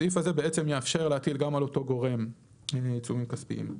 הסעיף הזה בעצם יאפשר להטיל גם על אותו גורם עיצומים כספיים.